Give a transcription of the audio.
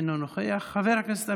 חבר הכנסת דרעי,